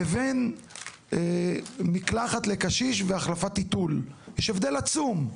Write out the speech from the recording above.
לבין מקלחת לקשיש והחלפת טיטול, יש הבדל עצום,